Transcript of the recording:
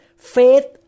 Faith